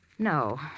No